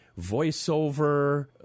voiceover